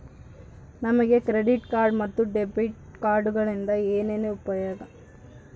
ನಮಗೆ credit card ಮತ್ತು debit ಕಾರ್ಡುಗಳಿಂದ ಏನು ಉಪಯೋಗ?